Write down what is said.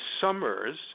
summers